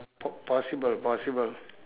po~ possible possible